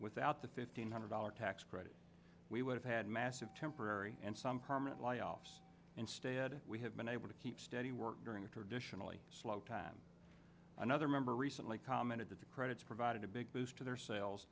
without the fifteen hundred dollar tax credit we would have had massive temporary and some permanent layoffs instead we have been able to keep steady work during a traditionally slow time another member recently commented that the credits provided a big boost to their sales